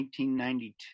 1992